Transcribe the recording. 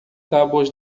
tábuas